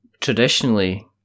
traditionally